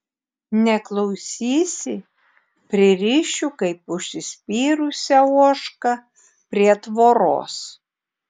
neklausysi pririšiu kaip užsispyrusią ožką prie tvoros